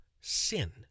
sin